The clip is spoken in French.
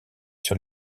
sur